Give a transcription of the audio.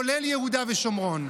כולל יהודה ושומרון,